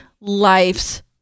life's